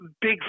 big